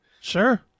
Sure